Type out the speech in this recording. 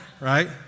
right